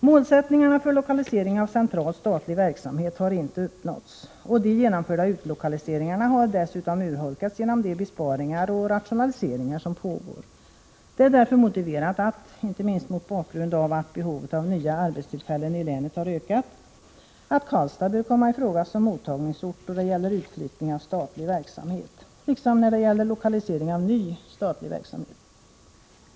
Målsättningarna för lokalisering av central statlig verksamhet har inte uppnåtts, och de genomförda utlokaliseringarna har dessutom urholkats genom de besparingar och rationaliseringar som pågår. Det är därför motiverat att Karlstad — inte minst mot bakgrund av att behovet av nya arbetstillfällen i länet har ökat — bör komma i fråga som mottagningsort då det gäller utflyttning av statlig verksamhet liksom då det gäller lokalisering av ny statlig verksamhet.